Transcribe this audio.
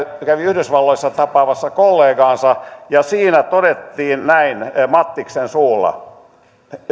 kävi yhdysvalloissa tapaamassa kollegaansa ja siellä todettiin näin mattiksen suulla